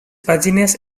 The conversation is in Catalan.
pàgines